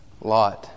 Lot